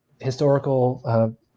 historical